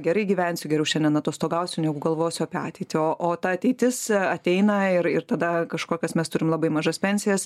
gerai gyvensiu geriau šiandien atostogausiu negu galvosiu apie ateitį o o ta ateitis ateina ir ir tada kažkokias mes turim labai mažas pensijas